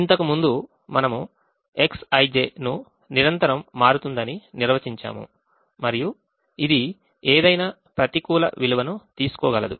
ఇంతకుముందు మనము Xij ను నిరంతరం మారుతుందని అని నిర్వచించాము మరియు ఇది ఏదైనా ప్రతికూల విలువను తీసుకోగలదు